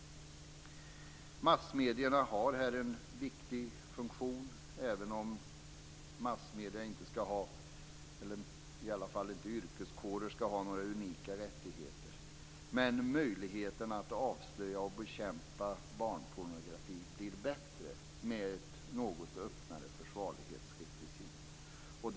Massmedierna har här en viktig funktion, även om yrkeskårer inte skall ha några unika rättigheter. Men möjligheterna att avslöja och bekämpa barnpornografi blir bättre med ett något öppnare försvarlighetsrekvisit.